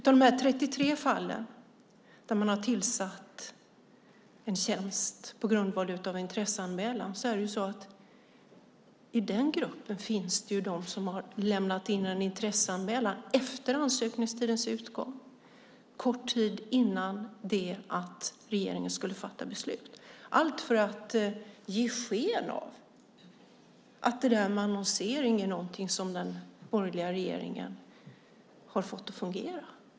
Av de 33 fall där man har tillsatt en tjänst på grundval av intresseanmälan finns det de som har lämnat in en intresseanmälan efter ansökningstidens utgång, kort tid innan regeringen skulle fatta beslut, allt för att ge sken av att det där med annonsering är något som den borgerliga regeringen har fått att fungera.